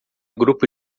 grupo